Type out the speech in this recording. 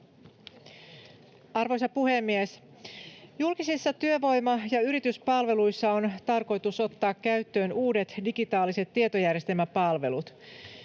Arvoisa puhemies! Julkisissa työvoima‑ ja yrityspalveluissa on tarkoitus ottaa käyttöön uudet digitaaliset tietojärjestelmäpalvelut.